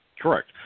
correct